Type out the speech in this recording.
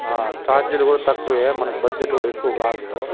అ ఛార్జీలు కూడా తక్కువే మనకి బడ్జెట్ కూడా ఎక్కువ కాదు